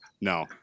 No